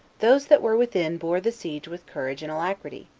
those that were within bore the siege with courage and alacrity,